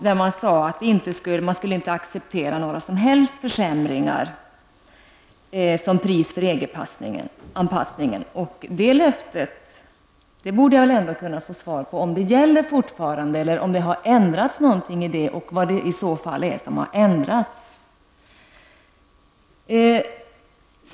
De sade att man inte skulle acceptera några som helst försämringar som pris för EG-anpassningen. Jag borde väl ändå kunna få svar på om det löftet fortfarande gäller eller om det har ändrats på något sätt och vad som i så fall har ändrats.